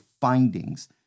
findings